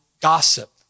gossip